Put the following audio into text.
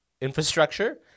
infrastructure